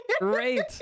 Great